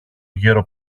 γερο